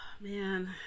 Man